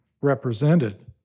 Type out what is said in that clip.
represented